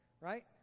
right